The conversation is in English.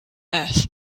earth